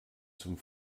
zum